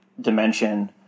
dimension